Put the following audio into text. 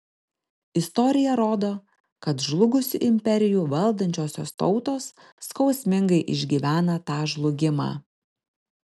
istorija rodo kad žlugusių imperijų valdančiosios tautos skausmingai išgyvena tą žlugimą